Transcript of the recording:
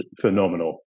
phenomenal